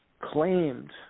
claimed